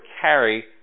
carry